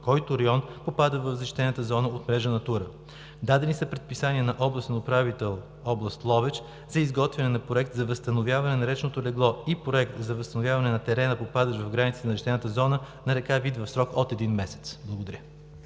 който район попада в защитената зона от мрежа „Натура“. Дадени са предписания на областния управител – област Ловеч, за изготвяне на проект за възстановяване на речното легло и проект за възстановяване на терена, попадащ в границите на защитената зона на река Вит в срок от един месец. Благодаря.